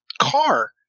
car